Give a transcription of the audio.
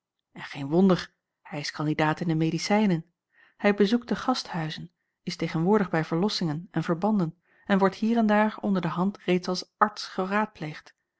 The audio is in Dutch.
en geen wonder hij is kandidaat in de medicijnen hij bezoekt de gasthuizen is tegenwoordig bij verlossingen en verbanden en wordt hier en daar onder de hand reeds als arts